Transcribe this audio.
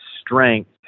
strength